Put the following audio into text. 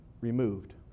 removed